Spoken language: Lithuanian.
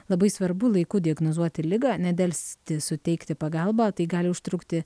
labai svarbu laiku diagnozuoti ligą nedelsti suteikti pagalbą tai gali užtrukti